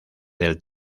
del